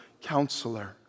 counselor